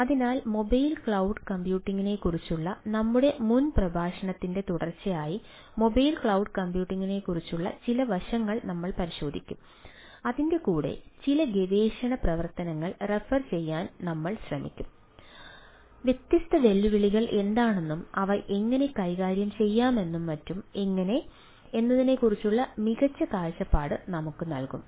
അതിനാൽ mobile cloud കമ്പ്യൂട്ടിംഗിനെക്കുറിച്ചുള്ള നമ്മുടെ മുൻ പ്രഭാഷണത്തിൻ്റെ തുടർച്ചയായി മൊബൈൽ ക്ലൌഡ് കമ്പ്യൂട്ടിംഗിനെക്കുറിച്ചുള്ള ചില വശങ്ങൾ നമ്മൾ പരിശോധിക്കും അതിൻ്റെകൂടെ ചില ഗവേഷണ പ്രവർത്തനങ്ങൾ റഫർ ചെയ്യാൻ നമുക്ക് ശ്രമിക്കാം വ്യത്യസ്ത വെല്ലുവിളികൾ എന്താണെന്നും അവ എങ്ങനെ കൈകാര്യം ചെയ്യാമെന്നും മറ്റും എങ്ങനെ എന്നതിനെക്കുറിച്ചുള്ള മികച്ച കാഴ്ചപ്പാട് നമുക്ക് നൽകും